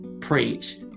preach